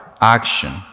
action